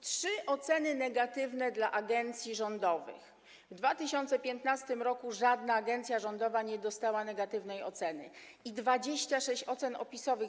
Trzy oceny negatywne dla agencji rządowych - w 2015 r. żadna agencja rządowa nie dostała negatywnej oceny - i 26 ocen opisowych.